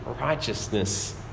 righteousness